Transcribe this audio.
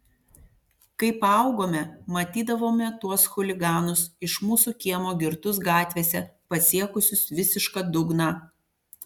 kai paaugome matydavome tuos chuliganus iš mūsų kiemo girtus gatvėse pasiekusius visišką dugną